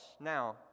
Now